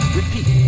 Repeat